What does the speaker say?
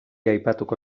aipatuko